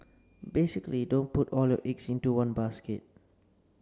basically don't put all your eggs into one basket